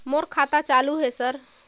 मोर खाता चालु हे सर?